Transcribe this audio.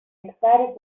excited